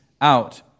out